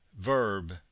verb